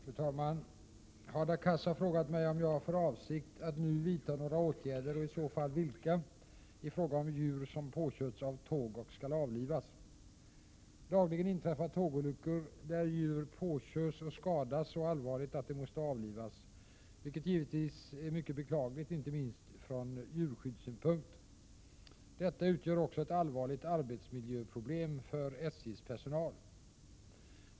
Fru talman! Hadar Cars har frågat mig om jag har för avsikt att nu vidta några åtgärder, och i så fall vilka, i fråga om djur som påkörts av tåg och skall avlivas. Dagligen inträffar tågolyckor där djur påkörs och skadas så allvarligt att de måste avlivas, vilket givetvis är mycket beklagligt, inte minst från djurskyddssynpunkt. Detta utgör också ett allvarligt arbetsmiljöproblem för SJ:s personal.